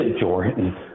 Jordan